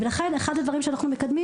ולכן, אחד הדברים שאנחנו מקדמים